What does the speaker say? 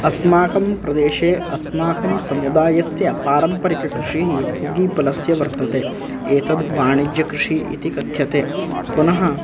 अस्माकं प्रदेशे अस्माकं समुदायस्य पारम्परिककृषिः पूगीफलस्य वर्तते एतद् वाणिज्यकृषि इति कथ्यते पुनः